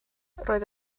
roedd